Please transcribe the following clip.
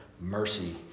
mercy